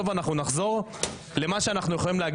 ואני גם אשמח לשמוע את ההתייחסות שלה לגבי כל מה שאנחנו שומעים פה.